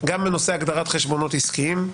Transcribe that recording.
גם בנושא הגדרת חשבונות עסקיים,